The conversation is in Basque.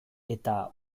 eta